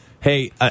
hey